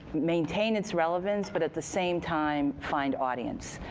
maintain its relevance, but at the same time find audience.